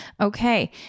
Okay